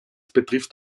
betrifft